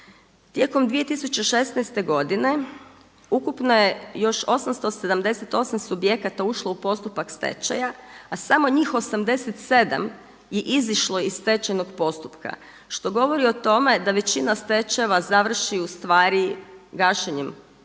Tijekom 2016. godine ukupno je još 878 subjekata ušlo u postupak stečaja, a samo njih 87 je izišlo iz stečajnog postupka što govori o tome da većina stečajeva završi u stvari gašenjem tvrtke,